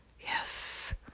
Yes